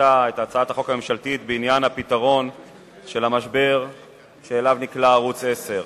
החוק הממשלתית בעניין פתרון המשבר שאליו נקלע ערוץ-10.